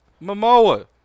Momoa